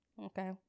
Okay